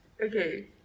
okay